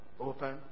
open